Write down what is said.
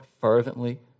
fervently